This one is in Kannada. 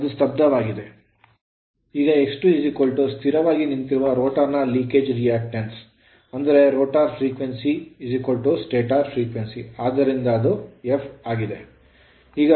ಈಗ X 2 ಸ್ಥಿರವಾಗಿ ನಿಂತಿರುವ ರೋಟರ್ ನ leakage reactance ಸೋರಿಕೆ ಪ್ರತಿಕ್ರಿಯೆ ಅಂದರೆ ರೋಟರ್ frequency ಆವರ್ತನ ಸ್ಟಾಟರ್ frequency ಆವರ್ತನ ಆದ್ದರಿಂದ ಅದು f ಆಗಿದೆ